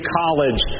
college